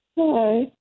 Hi